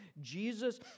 Jesus